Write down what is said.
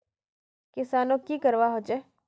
किसानोक की करवा होचे?